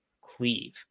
cleave